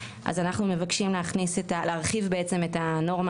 אז אנחנו מבקשים בעצם להרחיב את הנורמה